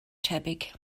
tebyg